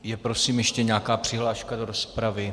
Je prosím ještě nějaká přihláška do rozpravy?